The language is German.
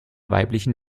weiblichen